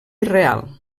real